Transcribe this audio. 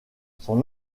son